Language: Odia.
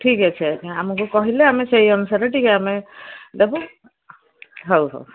ଠିକ୍ ଅଛି ଆଜ୍ଞା ଆମକୁ କହିଲେ ଆମେ ସେଇ ଅନୁସାରେ ଟିକେ ଆମେ ଦେବୁ ହଉ ହଉ